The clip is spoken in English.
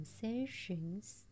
sensations